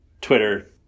Twitter